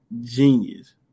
genius